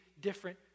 different